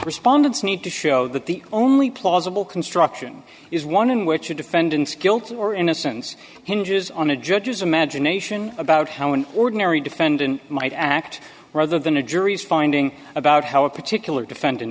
need to show that the only plausible construction is one in which a defendant's guilt or innocence hinges on a judge's imagination about how an ordinary defendant might act rather than a jury's finding about how a particular defendant